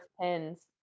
pins